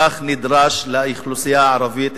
כך נדרש לאוכלוסייה הערבית,